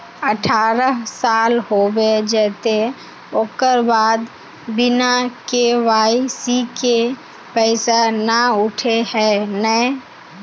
अठारह साल होबे जयते ओकर बाद बिना के.वाई.सी के पैसा न उठे है नय?